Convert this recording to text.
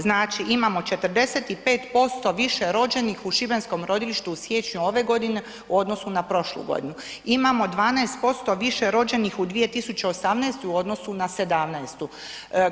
Znači imamo 45% više rođenih u šibenskom rodilištu u siječnju ove godine u odnosu na prošlu godinu, imamo 12% više rođenih u 2018.-u u odnosu na '17.-tu.